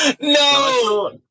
No